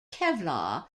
kevlar